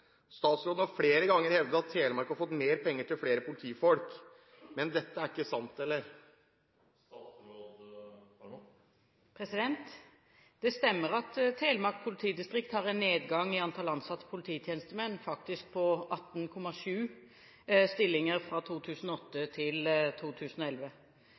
Statsråden har flere ganger hevdet at Telemark har fått mer penger til flere politifolk, men dette er ikke sant, eller?» Det stemmer at Telemark politidistrikt har hatt en nedgang i antall ansatte polititjenestemenn, faktisk på 18,7 stillinger fra 2008 til 2011.